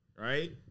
right